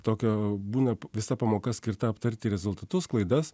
tokio būna visa pamoka skirta aptarti rezultatus klaidas